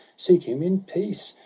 seek him in peace,